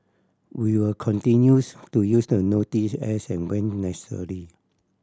we will continues to use the notice as and when necessary